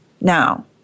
now